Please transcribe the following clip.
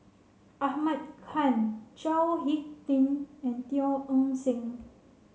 Ahmad Khan Chao Hick Tin and Teo Eng Seng